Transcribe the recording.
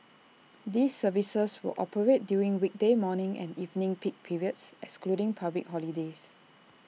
these services will operate during weekday morning and evening peak periods excluding public holidays